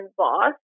boss